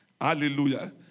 Hallelujah